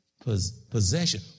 possession